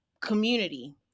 community